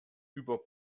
über